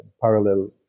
parallel